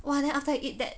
!wah! then after I eat that